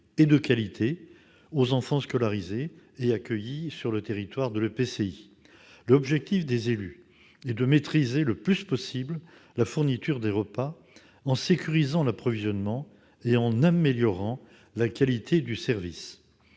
et de qualité aux enfants scolarisés et accueillis sur le territoire de l'EPCI. L'objectif des élus est de maîtriser le plus possible la fourniture des repas en sécurisant l'approvisionnement et en améliorant la qualité du service.